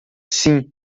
sim